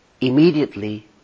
immediately